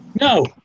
No